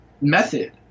method